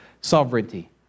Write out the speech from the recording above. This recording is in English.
sovereignty